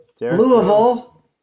Louisville